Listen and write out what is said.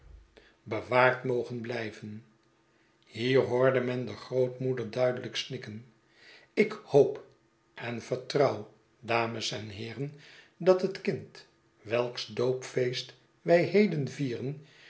toewaard mogen blijven hier hoorde men de grootmoeder duidelijk snikken ik hoop en vertrouw dames en heeren dat het kind welks doopfeest wij heden vieren